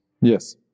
Yes